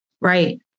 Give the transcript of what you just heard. Right